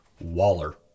Waller